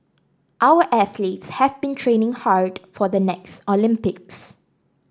our athletes have been training hard for the next Olympics